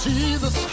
Jesus